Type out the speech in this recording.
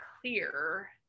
clear